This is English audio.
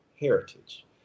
heritage